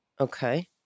Okay